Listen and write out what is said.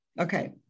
Okay